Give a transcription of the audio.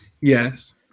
yes